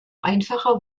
einfache